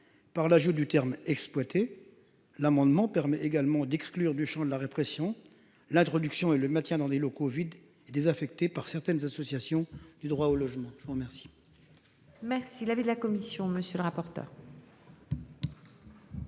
Par l'ajout du terme, exploiter l'amendement permet également d'exclure du Champ de la répression. L'introduction et le maintien dans des locaux vides et désaffectés par certaines associations du droit au logement. Je vous remercie.